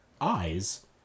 eyes